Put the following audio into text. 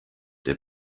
der